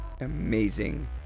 amazing